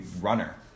runner